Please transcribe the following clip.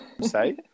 say